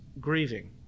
grieving